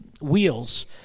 wheels